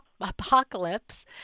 Apocalypse